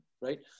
right